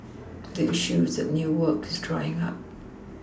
the issue is that new work is drying up